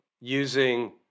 using